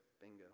Bingo